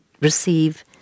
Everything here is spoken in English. receive